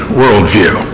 worldview